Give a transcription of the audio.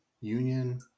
union